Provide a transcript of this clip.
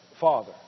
father